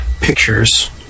pictures